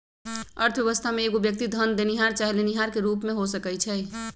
अर्थव्यवस्था में एगो व्यक्ति धन देनिहार चाहे लेनिहार के रूप में हो सकइ छइ